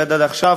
עובד עד עכשיו,